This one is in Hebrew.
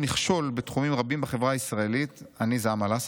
מכשול בתחומים רבים בחברה הישראלית" "אני" זה אמל אסעד,